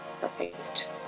Perfect